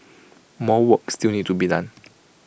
more work still need to be done